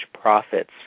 profits